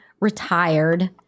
retired